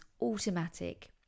automatic